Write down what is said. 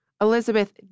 Elizabeth